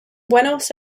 buenos